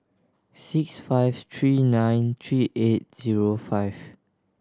six five three nine three eight zero five